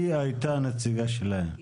היא הייתה הנציגה שלהם.